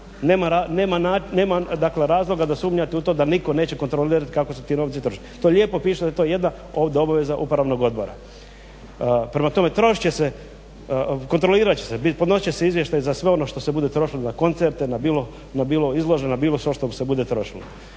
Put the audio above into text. dakle razloga da sumnjate u to da nitko neće kontrolirati kako se ti novci troše. To lijepo piše da je to jedna od obaveza upravnog odbora. Prema tome, kontrolirat će se, podnosit će se izvještaj za sve ono što se bude trošilo za koncerte, na izložbe, na bilo šta što se bude trošilo.